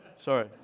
sorry